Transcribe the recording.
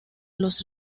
los